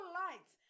lights